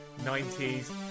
90s